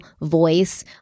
voice